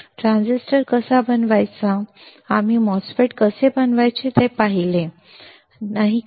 आणि ट्रान्झिस्टर कसा बनवायचा आम्ही MOSFET कसे बनवायचे ते पाहिले आहे नाही का